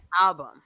album